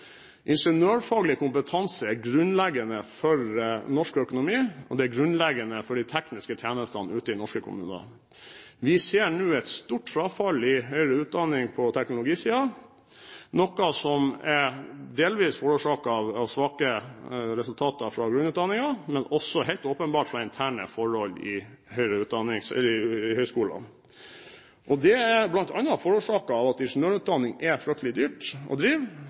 Ingeniørfaglig kompetanse er grunnleggende for norsk økonomi, og det er grunnleggende for de tekniske tjenestene ute i norske kommuner. Vi ser nå et stort frafall i høyere utdanning på teknologisiden, noe som delvis er forårsaket av svake resultater fra grunnutdanningen, men også helt åpenbart fra interne forhold i høyskolene. Det er bl.a. forårsaket av at ingeniørutdanning er fryktelig dyrt å drive,